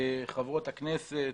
חברות הכנסת,